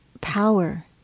power